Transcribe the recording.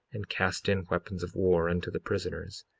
and cast in weapons of war unto the prisoners,